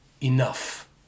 Enough